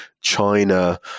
China